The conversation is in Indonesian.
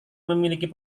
memiliki